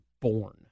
born